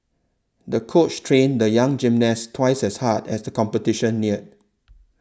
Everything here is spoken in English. the coach trained the young gymnast twice as hard as the competition neared